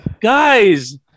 guys